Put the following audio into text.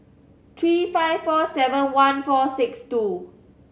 three five four seven one four six two